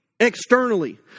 Externally